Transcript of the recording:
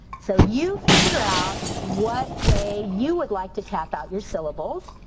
so you figure out what way you would like to tap out your syllables.